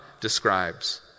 describes